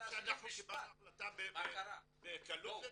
החלטה בקלות?